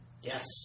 Yes